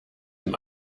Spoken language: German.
dem